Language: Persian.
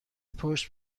پشت